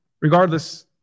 Regardless